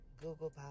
Google